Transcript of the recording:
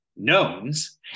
knowns